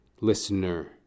listener